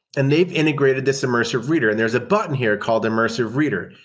and they've integrated this immersive reader, and there's a button here called immersive reader.